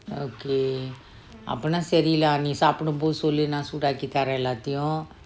okay அப்பனா சரி:appana sari lah நீ சாப்பிடும் போது சொல்லு நா சூடாக்கி தரேன் எல்லாத்தையும்:nee saapidum pothu sollu naa soodakki tharen ellathayum